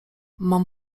mam